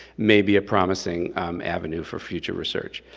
may be a promising avenue for future research.